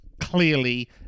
clearly